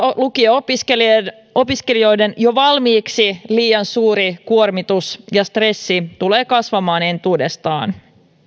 lukio opiskelijoiden opiskelijoiden jo valmiiksi liian suuri kuormitus ja stressi tulee kasvamaan entuudestaan